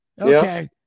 okay